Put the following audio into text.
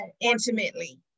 intimately